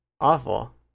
Awful